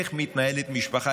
איך מתנהלת משפחה,